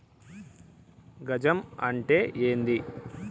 గజం అంటే ఏంది?